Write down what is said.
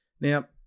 Now